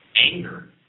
anger